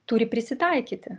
turi prisitaikyti